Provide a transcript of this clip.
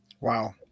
Wow